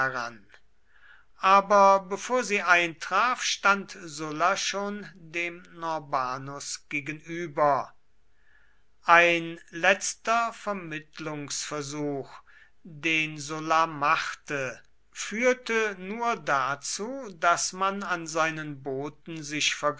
aber bevor sie eintraf stand sulla schon dem norbanus gegenüber ein letzter vermittlungsversuch den sulla machte führte nur dazu daß man an seinen boten sich